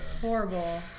Horrible